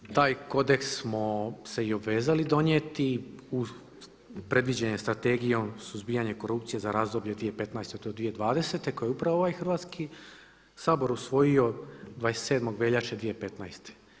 Taj kodeks smo se i obvezali donijeti, predviđen je Strategijom suzbijanja korupcije za razdoblje 2015. do 2020. koju je upravo ovaj Hrvatski sabor usvojio 27. veljače 2015.